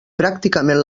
pràcticament